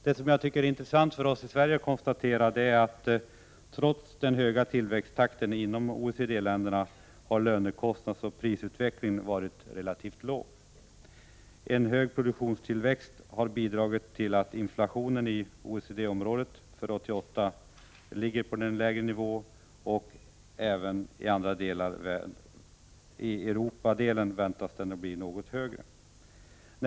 Det som är intressant för oss i Sverige att konstatera är, att trots den höga tillväxttakten inom OECD länderna har lönekostnadsoch prisutvecklingen varit relativt låg. En produktionstillväxt har bidragit till att inflationen i OECD-området för 1988 ligger på en lägre nivå och det gör den även i andra delar av världen. I Europadelen väntas den bli något högre.